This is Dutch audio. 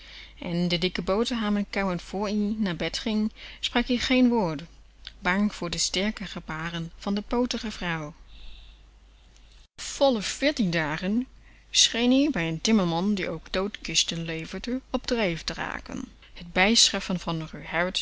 en de dikke boterhammen kauwend voor ie naar bed ging sprakie geen woord bang voor de sterke gebaren van de pootige vrouw volle veertien dagen scheen ie bij n timmerman die ook doodkisten leverde op dreef te raken tbijschaven van ruw